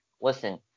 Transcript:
listen